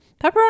pepperoni